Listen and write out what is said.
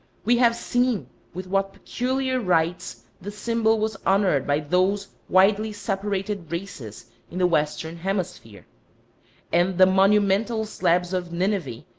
we have seen with what peculiar rites the symbol was honored by those widely separated races in the western hemisphere and the monumental slabs of nineveh,